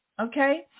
Okay